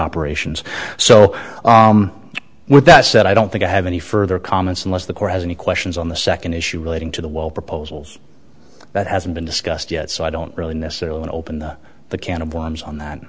operations so with that said i don't think i have any further comments unless the court has any questions on the second issue relating to the wall proposals that hasn't been discussed yet so i don't really necessarily an open the